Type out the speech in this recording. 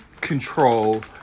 control